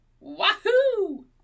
Wahoo